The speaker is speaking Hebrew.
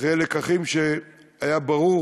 אחרי לקחים שהיה ברור